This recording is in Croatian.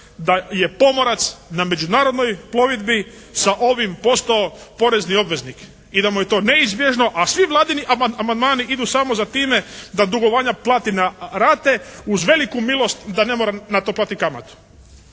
da je pomorac na međunarodnoj plovidbi sa ovim postao porezni obveznik i da mu je to neizbježno. A svi Vladini amandmani idu samo za time da dugovanje plati na rate uz veliku milost da ne mora na to platiti kamatu.